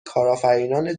کارآفرینان